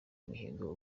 imihigo